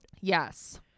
Yes